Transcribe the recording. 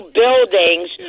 buildings